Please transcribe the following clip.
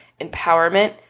empowerment